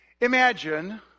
Imagine